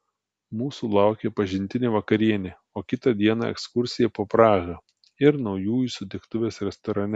mūsų laukė pažintinė vakarienė o kitą dieną ekskursija po prahą ir naujųjų sutiktuvės restorane